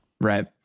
Right